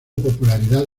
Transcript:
popularidad